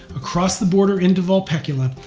across the border into vulpecula,